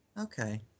Okay